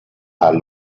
are